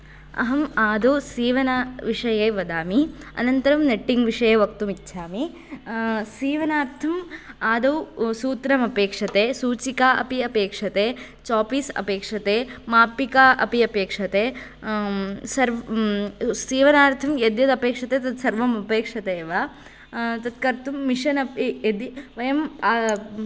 अहम् आदौ सीवनविषये वदामि अनन्तरं नेट्टिङ्ग् विषये वक्तुं इच्छामि सीवनार्थम् आदौ सूत्रम् अपेक्षते सूचिका अपि अपेक्षते चोपीस् अपेक्षते मापिका अपि अपेक्षते सर्व् सीवनार्थं यद्यदपेक्षते तत् सर्वम् अपेक्षते एव तत् कर्तुं मिशन् अपि यदि वयं